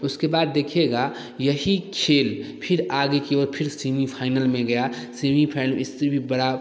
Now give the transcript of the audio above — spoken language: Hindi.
उसके बाद देखिएगा यही खेल फिर आगे की ओर फिर सेमीफाइनल में गया सेमीफाइनल इससे भी बड़ा